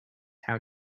how